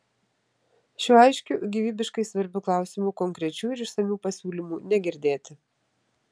šiuo aiškiu gyvybiškai svarbiu klausimu konkrečių ir išsamių pasiūlymų negirdėti